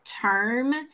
term